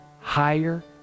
higher